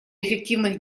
эффективных